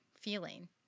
feeling